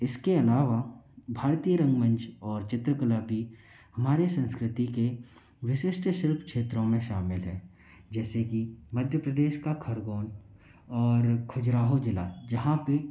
इसके अलावा भारतीय रंगमंच और चित्रकला भी हमारी संस्कृति के विशिष्ट शिल्प क्षत्रों में शामिल है जैसे कि मध्य प्रदेश का खरगोन और खजुराहो ज़िला जहाँ पे